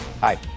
Hi